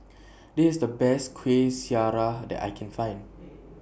This IS The Best Kueh Syara that I Can Find